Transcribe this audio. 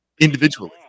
individually